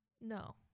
No